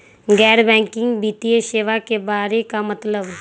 गैर बैंकिंग वित्तीय सेवाए के बारे का मतलब?